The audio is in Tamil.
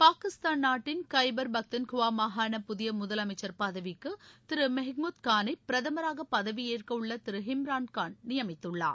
பாகிஸ்தான் நாட்டின் கைபர் பக்துன்குவாமாகாண புதியமுதலமைச்சர் பதவிக்குதிருமெஹ்மூத் கானை பிரதமராகபதவியேற்கவுள்ளதிரு இம்ரான் கான் நியமித்துள்ளார்